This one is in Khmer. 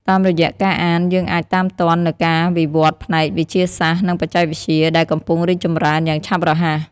តាមរយៈការអាន យើងអាចតាមទាន់នូវការវិវឌ្ឍន៍ផ្នែក វិទ្យាសាស្ត្រ និងបច្ចេកវិទ្យា ដែលកំពុងរីកចម្រើនយ៉ាងឆាប់រហ័ស។